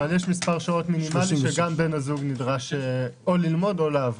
אבל יש מספר שעות מינימלי שגם בן הזוג נדרש או ללמוד או לעבוד.